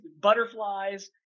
butterflies